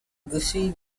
gussie